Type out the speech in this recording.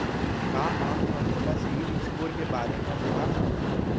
का आप हा मोला सिविल स्कोर के बारे मा बता सकिहा?